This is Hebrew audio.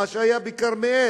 מה שהיה בכרמיאל,